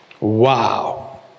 Wow